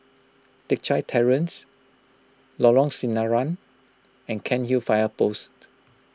Teck Chye Terrace Lorong Sinaran and Cairnhill Fire Post